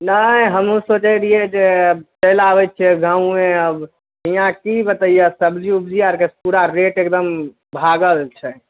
नहि हमहूँ सोचै रहिए जे चलि आबै छिए गामे आब हिआँ कि बतैअऽ सब्जी उब्जी आओरके पूरा रेट एगदम भागल छै